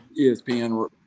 ESPN –